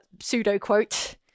pseudo-quote